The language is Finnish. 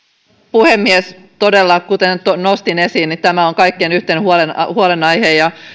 puhemies todella kuten nostin esiin tämä on kaikkien yhteinen huolenaihe huolenaihe